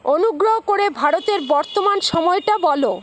অনুগ্রহ করে ভারতের বর্তমান সময়টা বলো